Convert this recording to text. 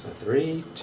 three